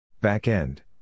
Back-end